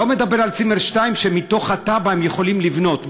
לא מדבר על צימר או שניים שמתוך התב"ע הם יכולים לבנות,